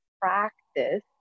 practice